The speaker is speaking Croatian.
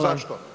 Zašto?